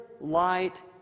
light